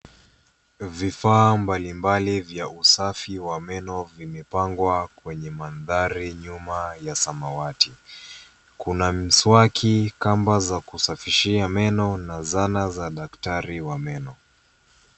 Vifaa mbalimbali vya usafi wa meno vimepangwa kwenye mandhari nyuma ya samawati. Kuna mswaki, kamba za kusafishia meno na zana za daktari wa meno.